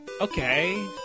Okay